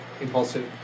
impulsive